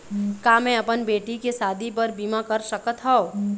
का मैं अपन बेटी के शादी बर बीमा कर सकत हव?